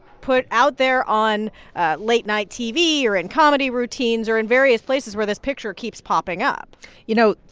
put out there on late-night tv, or in comedy routines or in various places where this picture keeps popping up you know,